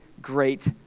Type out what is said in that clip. great